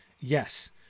Yes